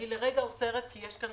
אני לרגע עוצרת כי יש כאן